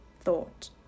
thought